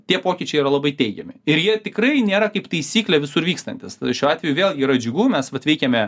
tie pokyčiai yra labai teigiami ir jie tikrai nėra kaip taisyklė visur vykstantis šiuo atveju vėlgi yra džiugu mes vat veikiame